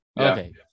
Okay